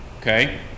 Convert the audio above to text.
okay